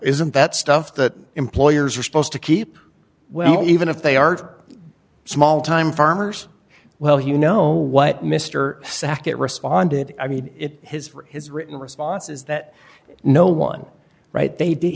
isn't that stuff that employers are supposed to keep well even if they are small time farmers well you know what mr sacket responded i mean it has his written responses that no one right they did